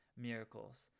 miracles